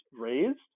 raised